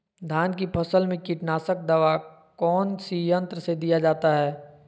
धान की फसल में कीटनाशक दवा कौन सी यंत्र से दिया जाता है?